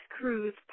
cruise